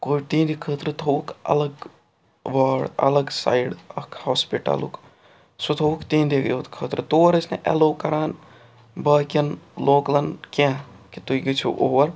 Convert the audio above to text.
گوٚو تِہِنٛدِ خٲطرٕ تھووُکھ الگ واڈ الگ سایڈ اَکھ ہاسپِٹَلُک سُہ تھووُکھ تِہِنٛدے یوت خٲطرٕ تور ٲسۍ نہٕ اٮ۪لو کَران باقیَن لوکلَن کیٚنٛہہ کہِ تُہۍ گٔژھِو اور